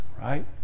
right